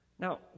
Now